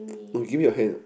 no give me your hand